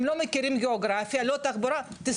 הם לא מכירים את הגאוגרפיה ולא את תחבורה ותסתדרו,